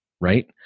right